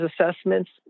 assessments